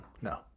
No